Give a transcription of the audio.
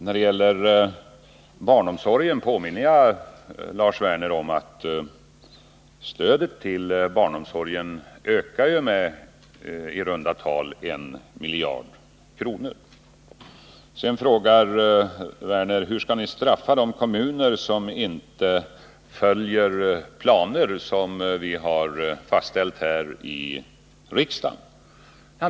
Jag vill vidare påminna Lars Werner om att stödet till barnomsorgen ju ökar med i runt tal en miljard kronor. Lars Werner frågar också hur vi tänker straffa de kommuner som inte följer planer som har fastställts av riksdagen.